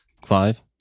Clive